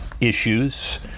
issues